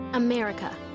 America